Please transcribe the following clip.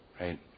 right